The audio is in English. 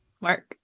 Mark